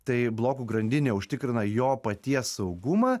tai blokų grandinė užtikrina jo paties saugumą